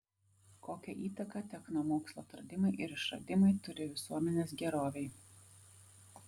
kokią įtaką technomokslo atradimai ir išradimai turi visuomenės gerovei